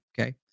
Okay